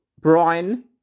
Brian